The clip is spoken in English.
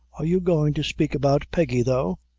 are you goin' to spake about peggy, though?